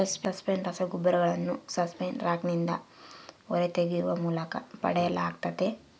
phosphate ರಸಗೊಬ್ಬರಗಳನ್ನು phosphate ರಾಕ್ನಿಂದ ಹೊರತೆಗೆಯುವ ಮೂಲಕ ಪಡೆಯಲಾಗ್ತತೆ